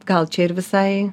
gal čia ir visai